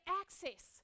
access